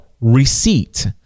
receipt